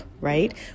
right